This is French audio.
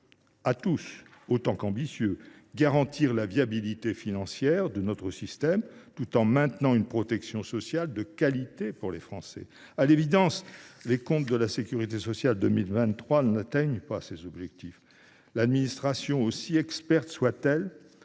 à tous autant qu’ambitieux : garantir la viabilité financière de notre système tout en maintenant une protection sociale de qualité pour les Français. À l’évidence, les comptes de la sécurité sociale pour 2023 n’atteignent pas cet objectif. L’administration, aussi experte soit elle,